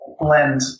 blend